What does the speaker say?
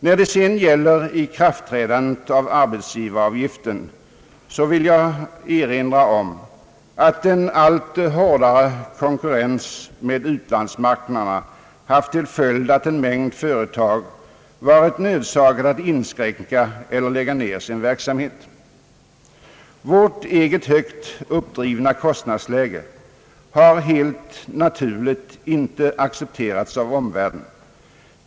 När det sedan gäller ikraftträdandet av arbetsgivaravgiften så vill jag erinra om att en allt hårdare konkurrens på utlandsmarknaderna haft till följd att en mängd företag varit nödsakade att inskränka eller lägga ned sin verksamhet. Vårt eget högt uppdrivna kostnadsläge har helt naturligt icke accepterats av omvärlden.